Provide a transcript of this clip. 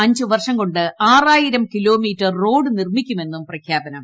അഞ്ചു വർഷം കൊണ്ട് ആറായിരം കിലോമീറ്റർ റോഡ് നിർമിക്കുമെന്നും പ്രഖ്യാപനം